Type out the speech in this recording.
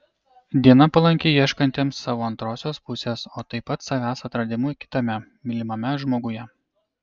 diena palanki ieškantiems savo antrosios pusės o taip pat savęs atradimui kitame mylimame žmoguje